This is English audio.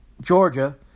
Georgia